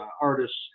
artists